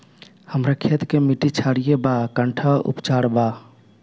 हमर खेत के मिट्टी क्षारीय बा कट्ठा उपचार बा?